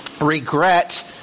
regret